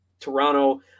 Toronto